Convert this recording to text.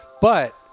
But-